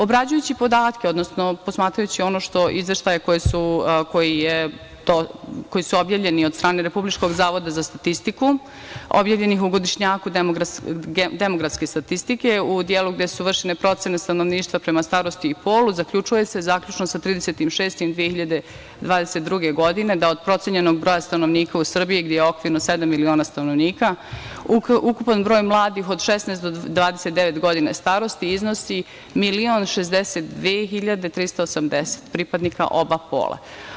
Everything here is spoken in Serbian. Obrađujući podatke, odnosno posmatrajući ono izveštaje koji su objavljeni od strane Republičkog zavoda za statistiku objavljenih u godišnjaku demografske statistike u delu gde su vršene procene stanovništva prema starosti i polu zaključuje se zaključno sa 30.6.2022. godine da od procenjenog broja stanovnika u Srbiji gde je okvirno sedam miliona stanovnika ukupan broj mladih od 16 do 29 godina starosti iznosi milion 62 hiljade 380 pripadnika oba pola.